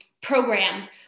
program